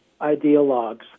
ideologues